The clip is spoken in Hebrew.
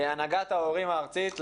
הנהגת ההורים הארצית,